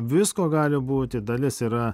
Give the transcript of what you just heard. visko gali būti dalis yra